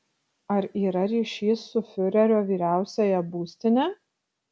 ar yra ryšys su fiurerio vyriausiąja būstine